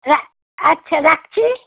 রা আচ্ছা রাখছি